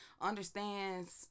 understands